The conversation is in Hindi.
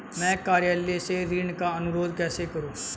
मैं कार्यालय से ऋण का अनुरोध कैसे करूँ?